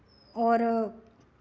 और